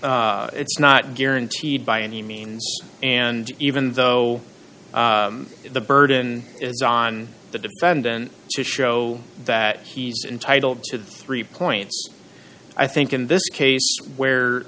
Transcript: it's not guaranteed by any means and even though the burden is on the defendant to show that he's entitled to three points i think in this case where